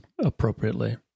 appropriately